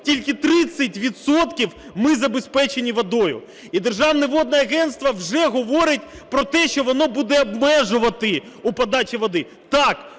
відсотків ми забезпечені водою. І Державне водне агентство вже говорить про те, що воно буде обмежувати у подачі води. Так,